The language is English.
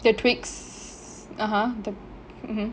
their tweaks (uh huh) the mmhmm